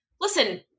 listen